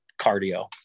cardio